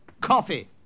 coffee